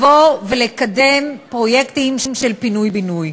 לקדם פרויקטים של פינוי-בינוי.